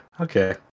okay